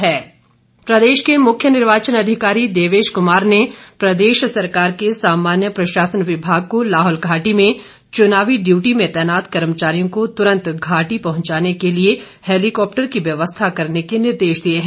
helicopter प्रदेश के मुख्य निर्वाचन अधिकारी देवेश कुमार ने प्रदेश सरकार के सामान्य प्रशासन विभाग को लाहौल घाटी में चुनावी ड्यूटी में तैनात कर्मचारियों को तुरंत घाटी पहुंचाने के लिए हैलीकॉप्टर की व्यवस्था करने के निर्देश दिए हैं